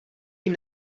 tím